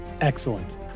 excellent